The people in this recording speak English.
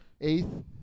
eighth